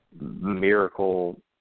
miracle